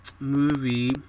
movie